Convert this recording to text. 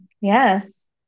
yes